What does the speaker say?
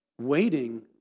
Waiting